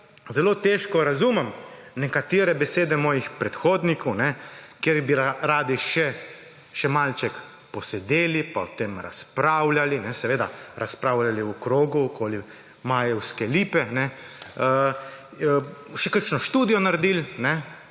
zelo težko razumem nekatere besede svojih predhodnikov, ki bi radi še malček posedeli pa o tem razpravljali, seveda razpravljali v krogu okoli Najevske lipe, še kakšno študijo naredili,